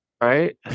right